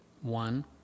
one